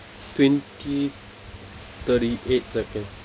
twenty thirty eight second